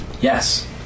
Yes